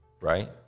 right